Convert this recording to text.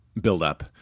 buildup